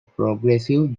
progressive